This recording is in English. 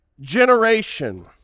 generation